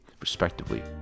respectively